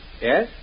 Yes